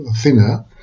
thinner